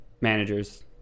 managers